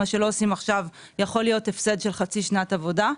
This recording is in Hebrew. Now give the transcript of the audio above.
מה שלא עושים עכשיו יכול להיות הפסד של חצי שנת עבודה.